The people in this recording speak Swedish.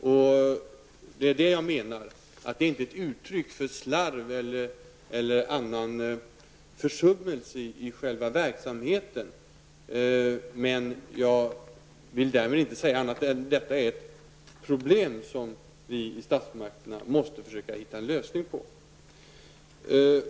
Vad jag menar är alltså att det inte är något uttryck för slarv eller annan försummelse i själva verksamheten -- men jag vill därmed inte heller säga annat än att detta är ett problem som statsmakterna måste hitta en lösning på.